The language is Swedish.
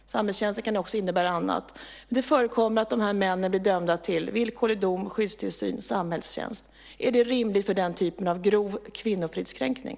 Samhällstjänst kan också innebära annat. Det förekommer att de här männen blir dömda till villkorlig dom, skyddstillsyn eller samhällstjänst. Är det rimligt med sådana påföljder för grov kvinnofridskränkning?